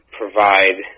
provide